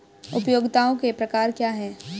उपयोगिताओं के प्रकार क्या हैं?